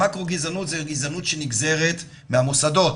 המקרו גזענות זה גזענות שנגזרת מהמוסדות,